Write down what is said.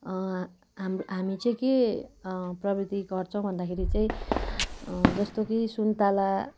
हाम्रो हामी चाहिँ के प्रविधि गर्छौँ भन्दाखेरि चाहिँ जस्तो कि सुन्ताला